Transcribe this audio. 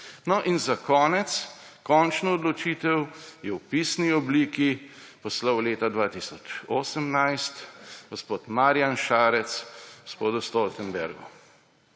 No, in za konec, končno odločitev je v pisni obliki poslal leta 2018 gospod Marjan Šarec gospodu Stoltenbergu.